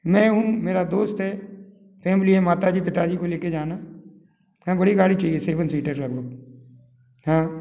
मैं हूँ मेरा दोस्त है फेमिली है माता जी पिता जी को ले कर जाना है हाँ बड़ी गाड़ी चाहिए सेवेन सीटर्स लगभग हाँ